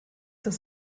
das